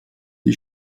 die